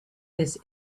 this